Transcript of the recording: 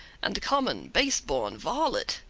and common, base-born varlet.